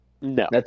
No